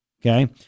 Okay